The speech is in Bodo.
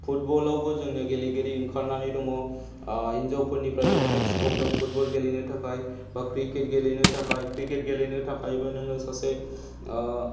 फुटबलावबो जोंनिया गेलेगिरि ओंखारनानै दङ हिनजावफोरनिफ्रायबो अनेक स्क'प दं फुटबल गेलेनो थाखाय बा क्रिकेट गेलेनो थाखाय क्रिकेट गेलेनो थाखायबो नोङो सासे